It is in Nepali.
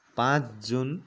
पाँच जुन